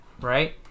right